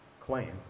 claim